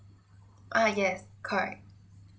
ah yes correct